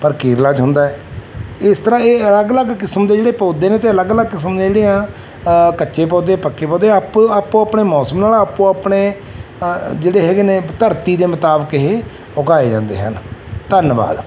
ਪਰ ਕੇਰਲਾ 'ਚ ਹੁੰਦਾ ਇਸ ਤਰ੍ਹਾਂ ਇਹ ਅਲੱਗ ਅਲੱਗ ਕਿਸਮ ਦੇ ਜਿਹੜੇ ਪੌਦੇ ਨੇ ਅਤੇ ਅਲੱਗ ਅਲੱਗ ਕਿਸਮ ਦੇ ਜਿਹੜੇ ਆ ਕੱਚੇ ਪੌਦੇ ਪੱਕੇ ਪੌਦੇ ਆਪੋ ਆਪੋ ਆਪਣੇ ਮੌਸਮ ਨਾਲ ਆਪੋ ਆਪਣੇ ਜਿਹੜੇ ਹੈਗੇ ਨੇ ਧਰਤੀ ਦੇ ਮੁਤਾਬਿਕ ਇਹ ਉਗਾਏ ਜਾਂਦੇ ਹਨ ਧੰਨਵਾਦ